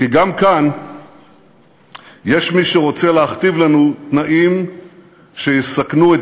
כי גם כאן יש מי שרוצה להכתיב לנו תנאים שיסכנו את